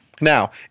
Now